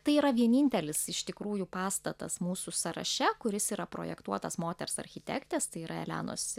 tai yra vienintelis iš tikrųjų pastatas mūsų sąraše kuris yra projektuotas moters architektės tai yra elenos